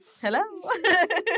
Hello